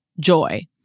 joy